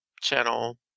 channel